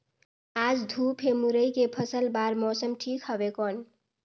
आज धूप हे मुरई के फसल बार मौसम ठीक हवय कौन?